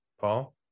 paul